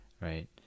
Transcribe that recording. right